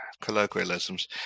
colloquialisms